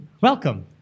Welcome